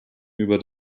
über